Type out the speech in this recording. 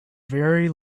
very